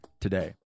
today